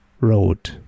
road